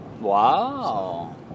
Wow